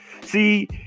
See